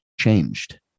changed